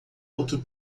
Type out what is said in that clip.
outro